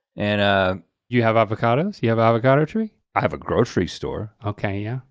and ah you have avocados, you have avocado tree? i have a grocery store. okay, yeah.